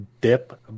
dip